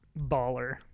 Baller